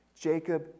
Jacob